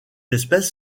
espèce